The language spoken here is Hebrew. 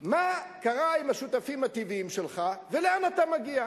מה קרה עם השותפים הטבעיים שלך ולאן אתה מגיע.